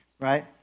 right